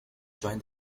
join